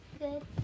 Good